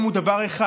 התשפ"א 2020,